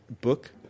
book